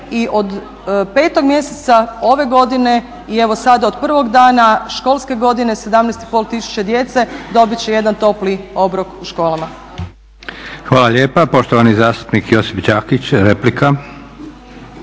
i od 5.mjeseca ove godine i evo sada od prvog dana školske godine 17.500 djece dobit će jedan topli obrok u školama. **Leko, Josip (SDP)** Hvala lijepa. Poštovani zastupnik Josip Đakić, replika.